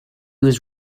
was